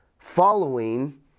following